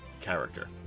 character